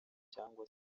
cyangwa